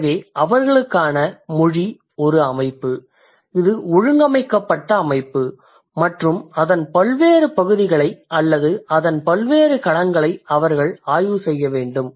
எனவே அவர்களுக்கான மொழி ஒரு அமைப்பு இது ஒழுங்கமைக்கப்பட்ட அமைப்பு மற்றும் அதன் பல்வேறு பகுதிகளை அல்லது அதன் பல்வேறு களங்களை அவர்கள் ஆய்வுசெய்ய வேண்டும்